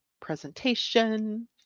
presentation